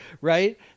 right